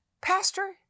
pastor